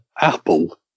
Apple